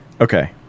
Okay